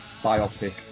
biopic